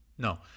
No